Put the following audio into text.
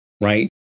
right